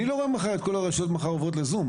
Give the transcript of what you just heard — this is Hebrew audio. אני לא רואה מחר את כל הרשויות עוברות ל-זום.